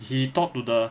he talk to the